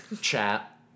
chat